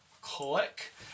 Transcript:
click